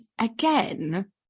again